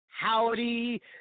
Howdy